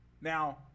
now